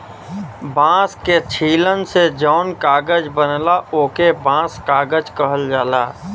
बांस के छीलन से जौन कागज बनला ओके बांस कागज कहल जाला